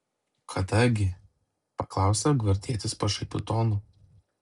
kada gi paklausė gvardietis pašaipiu tonu